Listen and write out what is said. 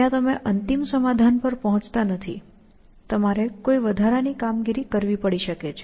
ત્યાં તમે અંતિમ સમાધાન પર પહોંચતા નથી તમારે વધારાની કામગીરી કરવી પડી શકે છે